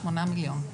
8 מיליון.